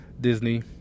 Disney